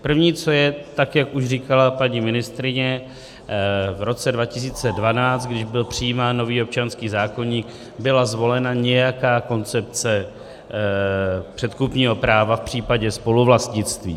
První, co je, tak jak už říkala paní ministryně, v roce 2012, když byl přijímán nový občanský zákoník, byla zvolena nějaká koncepce předkupního práva v případě spoluvlastnictví.